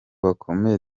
bakomeye